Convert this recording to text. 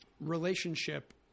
relationship